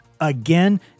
again